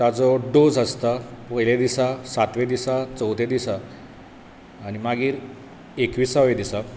ताजो डॉस आसता पयल्या दिसा सातव्या दिसा चौथ्या दिसा आनी मागीर एकविसाव्या दिसा